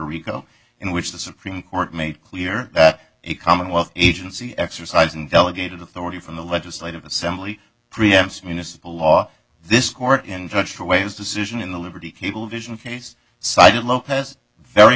rico in which the supreme court made clear that a commonwealth agency exercising delegated authority from the legislative assembly pre amps municipal law this court and judge for ways decision in the liberty cablevision case cited lopez very